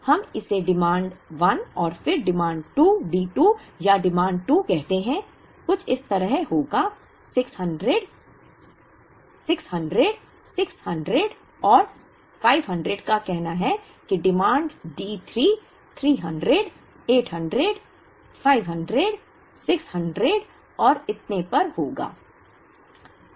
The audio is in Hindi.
तो हम इसे डिमांड 1 और फिर D 2 या डिमांड 2 कहते हैं कुछ इस तरह होगा 600 600 600 और 500 का कहना है कि डिमांड D 3 300 800 500 600 और इतने पर होगा